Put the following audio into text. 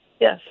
Yes